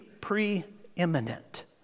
preeminent